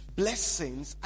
blessings